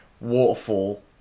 waterfall